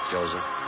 Joseph